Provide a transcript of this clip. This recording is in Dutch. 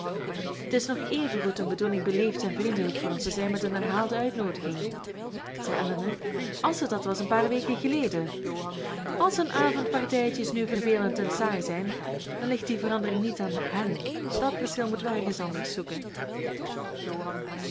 t is nog evengoed hun bedoeling beleefd en vriendelijk voor ons te zijn met hun herhaalde uitnoodigingen zei elinor als het dat was een paar weken geleden als hun avondpartijtjes nu vervelend en saai zijn dan ligt die verandering niet aan hèn dat verschil moeten we ergens anders zoeken